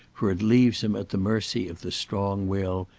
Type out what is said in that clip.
for it leaves them at the mercy of the strong will,